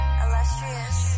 illustrious